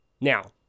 Now